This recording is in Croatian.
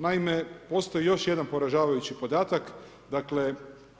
Naime, postoji još jedan poražavajući podatak, dakle